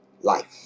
life